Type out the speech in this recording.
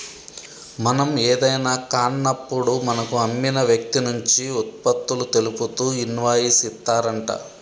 మనం ఏదైనా కాన్నప్పుడు మనకు అమ్మిన వ్యక్తి నుంచి ఉత్పత్తులు తెలుపుతూ ఇన్వాయిస్ ఇత్తారంట